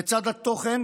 בצד התוכן